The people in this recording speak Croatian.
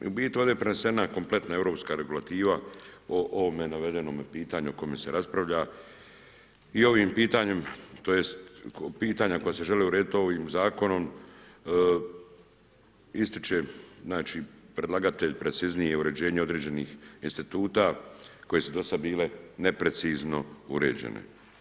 U biti ovdje je prenesena kompletna europska regulativa o ovome navedenom pitanju o kojemu se raspravlja i ovim pitanjem tj. pitanja koja se žele urediti ovim zakonom ističe znači predlagatelj preciznije uređenje određenih instituta koje su dosad bile neprecizno uređene.